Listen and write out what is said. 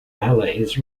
ballets